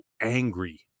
angry